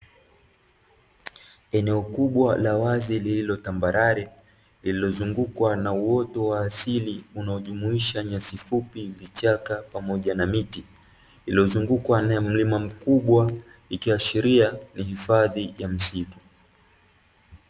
Eneo kubwa la wazi lililo tambarare, lililozungukwa na uoto wa asili unaojumuisha nyasi fupi, vichaka, pamoja na miti, lililozungukwa na mlima mkubwa, ikiashiria ni hifadhi ya msitu.